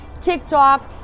TikTok